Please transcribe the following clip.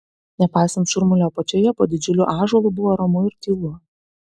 nepaisant šurmulio apačioje po didžiuliu ąžuolu buvo ramu ir tylu